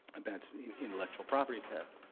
and that's intellectual property theft.